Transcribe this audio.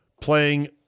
playing